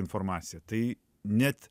informaciją tai net